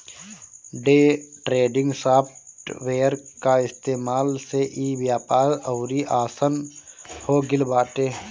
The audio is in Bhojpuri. डे ट्रेडिंग सॉफ्ट वेयर कअ इस्तेमाल से इ व्यापार अउरी आसन हो गिल बाटे